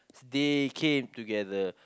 they came together